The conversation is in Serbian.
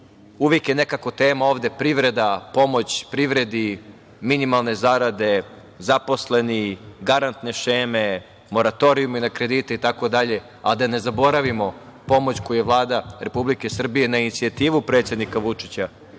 Uvek je nekako tema ovde privreda, pomoć privredi, minimalne zarade, zaposleni, garantne šeme, moratorijumi na kredite itd. a da ne zaboravimo pomoć koju je Vlada Republike Srbije na inicijativu predsednika Vučića